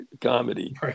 comedy